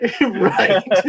right